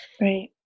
right